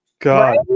god